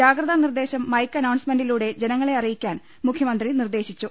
ജാഗ്രതാ നിർദ്ദേശം മൈക്ക് അനൌൺസ്മെന്റിലൂടെ ജനങ്ങളെ അറിയിക്കാൻ മുഖ്യമന്ത്രി നിർദ്ദേശിച്ചു